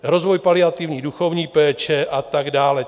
Rozvoj paliativní duchovní péče a tak dále.